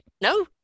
No